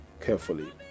carefully